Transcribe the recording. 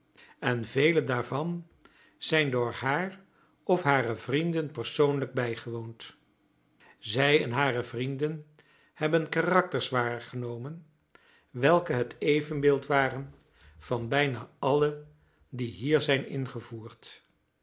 en vele daarvan zijn door haar of hare vrienden persoonlijk bijgewoond zij en hare vrienden hebben karakters waargenomen welke het evenbeeld waren van bijna allen die hier zijn ingevoerd